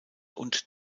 und